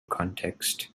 context